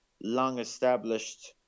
long-established